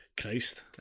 Christ